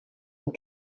and